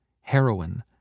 heroin